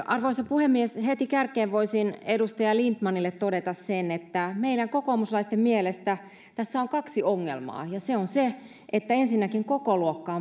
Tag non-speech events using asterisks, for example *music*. *unintelligible* arvoisa puhemies heti kärkeen voisin edustaja lindtmanille todeta sen että meidän kokoomuslaisten mielestä tässä on kaksi ongelmaa ensinnäkin se että kokoluokka *unintelligible*